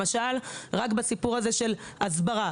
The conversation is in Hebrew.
למשל, הסברה.